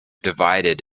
divided